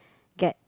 get